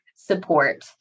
support